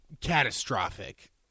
catastrophic